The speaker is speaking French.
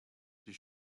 j’ai